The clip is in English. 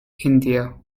india